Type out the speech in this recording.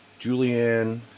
Julianne